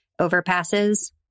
overpasses